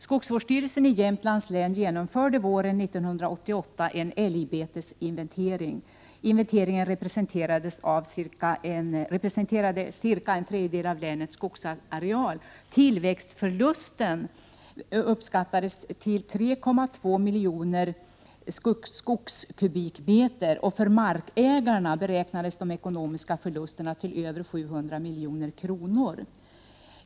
Skogsvårdsstyrelsen i Jämtlands län genomförde våren 1988 en älgbetesinventering. Inventeringen representerade cirka en tredjedel av länets skogsareal. Tillväxtförlusten uppskattades till 3,2 miljoner skogskubikmeter. För markägarna beräknades de ekonomiska förlusterna till över 700 milj.kr.